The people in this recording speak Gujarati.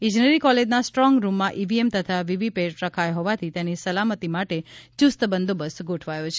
ઇજનેરી કોલેજના સ્ટ્રોંગરૂમમાં ઇવીએમ તથા વીવીપેટ રખાયા હોવાથી તેની સલામતી માટે ચૂસ્ત બંદોબસ્ત ગોઠવાયો છે